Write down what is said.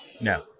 No